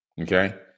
okay